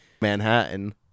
Manhattan